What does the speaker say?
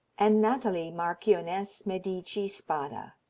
and nathalie, marchioness medici spada.